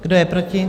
Kdo je proti?